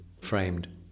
framed